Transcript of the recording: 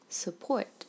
support